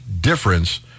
difference